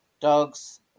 Dogs